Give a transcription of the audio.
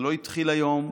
זה לא התחיל היום,